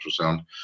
ultrasound